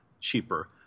cheaper